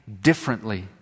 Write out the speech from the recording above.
differently